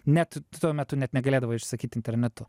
net tuo metu net negalėdavai užsisakyt internetu